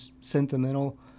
sentimental